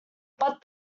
but